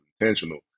intentional